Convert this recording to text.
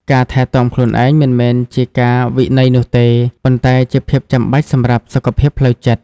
ការថែទាំខ្លួនឯងមិនមែនជាការវិន័យនោះទេ ប៉ុន្តែជាភាពចាំបាច់សម្រាប់សុខភាពផ្លូវចិត្ត។